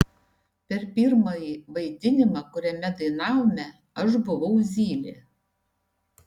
per pirmąjį vaidinimą kuriame dainavome aš buvau zylė